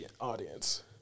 audience